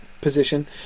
position